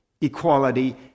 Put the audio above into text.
equality